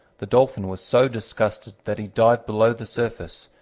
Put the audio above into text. the dolphin was so disgusted that he dived below the surface,